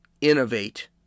innovate